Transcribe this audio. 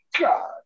God